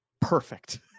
perfect